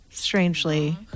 Strangely